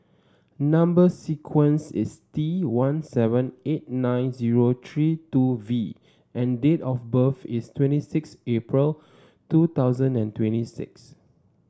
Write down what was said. number sequence is T one seven eight nine zero three two V and date of birth is twenty six April two thousand and twenty six